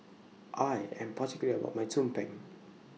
I Am particular about My Tumpeng